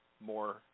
more